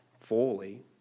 fully